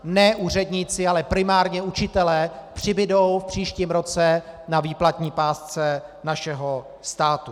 Ne úředníci, ale primárně učitelé přibudou v příštím roce na výplatní pásce našeho státu.